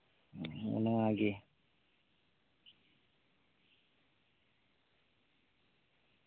ᱦᱩᱸ ᱱᱚᱶᱟ ᱜᱮ